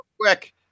quick